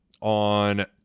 on